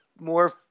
more